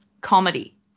comedy